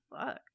fuck